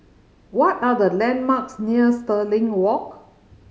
what are the landmarks near Stirling Walk